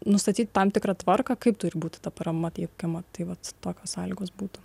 nustatyti tam tikra tvarka kaip turi būti ta parama teikiama tai vat tokios sąlygos būtų